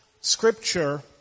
scripture